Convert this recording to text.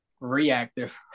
reactive